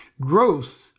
Growth